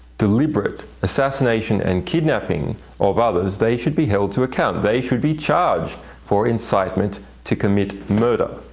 deliberate assassination and kidnapping of others, they should be held to account. they should be charged for incitement to commit murder.